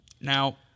Now